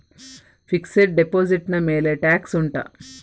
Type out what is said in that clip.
fixed deposit ನ ಮೇಲೆ tax ಉಂಟಾ